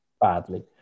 badly